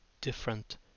different